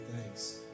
thanks